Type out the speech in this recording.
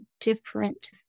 different